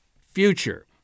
future